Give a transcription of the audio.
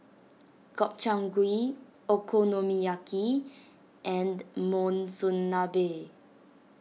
Gobchang Gui Okonomiyaki and Monsunabe